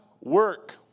work